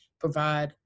provide